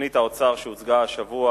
תוכנית האוצר שהוצגה השבוע